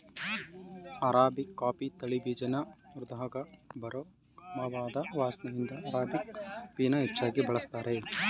arabica coffee ತಳಿ ಬೀಜನ ಹುರ್ದಾಗ ಬರೋ ಗಮವಾದ್ ವಾಸ್ನೆಇಂದ ಅರಾಬಿಕಾ ಕಾಫಿನ ಹೆಚ್ಚಾಗ್ ಬಳಸ್ತಾರೆ